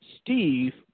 steve